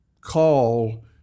call